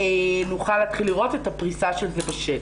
נוכל להתחיל לראות את הפריסה של זה בשטח.